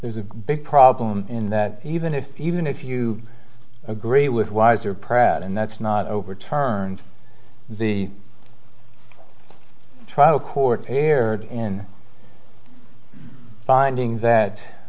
there's a big problem in that even if even if you agree with wiser pratt and that's not overturned the trial court erred in finding that